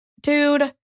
dude